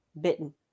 bitten